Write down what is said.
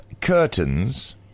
curtains